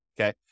Okay